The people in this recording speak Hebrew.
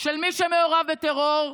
של מי שמעורב בטרור,